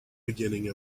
beginning